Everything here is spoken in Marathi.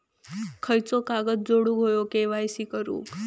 खयचो कागद जोडुक होयो के.वाय.सी करूक?